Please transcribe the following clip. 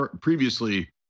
previously